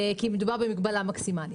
כי מדובר במגבלה מקסימלית.